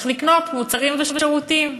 צריך לקנות מוצרים ושירותים.